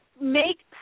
make